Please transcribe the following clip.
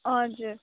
हजुर